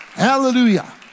Hallelujah